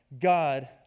God